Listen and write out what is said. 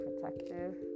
protective